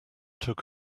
took